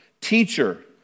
teacher